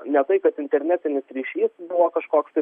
ne tai kad internetinis ryšys buvo kažkoks tai